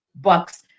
Bucks